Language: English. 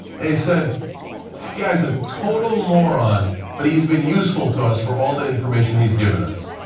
they said the guy is a total moron but he's been useful to us for all the information he's given us.